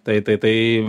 tai tai tai